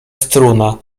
struna